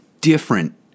different